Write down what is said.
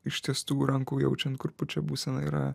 ištiestų rankų jaučiant kur pučia būsena yra